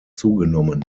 zugenommen